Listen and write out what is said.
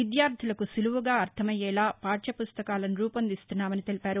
విద్యార్గులకు సులుపుగా అర్ణమయ్యేలా పార్యపుస్తకాలను రూపొందిస్తున్నామని తెలిపారు